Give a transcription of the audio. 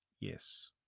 Yes